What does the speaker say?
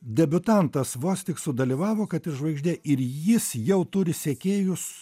debiutantas vos tik sudalyvavo kad ir žvaigždė ir jis jau turi sekėjus